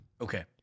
Okay